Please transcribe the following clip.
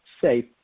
safe